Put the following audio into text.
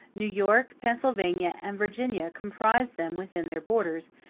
new york, pennsylvania, and virginia comprise them within their borders,